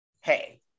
hey